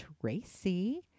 Tracy